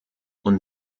und